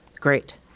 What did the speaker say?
great